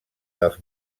dels